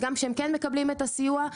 וגם כשהם כן מקבלים את הסיוע,